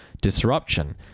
disruption